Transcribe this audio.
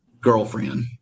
girlfriend